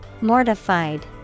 Mortified